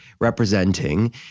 representing